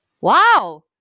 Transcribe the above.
wow